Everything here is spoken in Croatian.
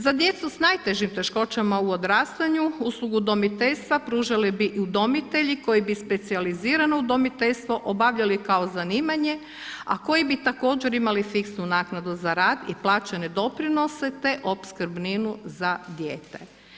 Za djecu s najtežim teškoćama u odrastanju uslugu udomiteljstva pružali bi udomitelji koji bi specijalizirano udomiteljstvo obavljali kao zanimanje, a koji bi također imali fiksnu naknadu za rad i plaćene doprinose, te opskrbninu za dijete.